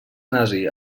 nazi